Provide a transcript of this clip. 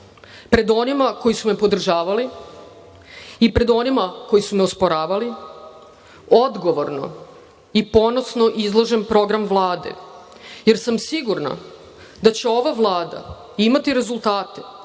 pred onima koji su me podržavali i pred onima koji su me osporavali, odgovorno i ponosno izlažem program Vlade, jer sam sigurna da će ova Vlada imati rezultate